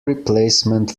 replacement